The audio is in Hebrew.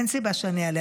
אין סיבה שאני אעלה,